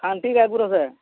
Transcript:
ଖାଣ୍ଟି ଗାଏ ଗୁରସ୍ ହେ